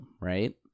right